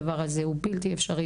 הדבר הזה בלתי אפשרי,